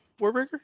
Warbreaker